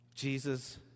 Jesus